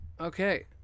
Okay